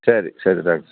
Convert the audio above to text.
ശരി ശരി താങ്ക്സ്